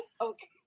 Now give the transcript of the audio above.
okay